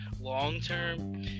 long-term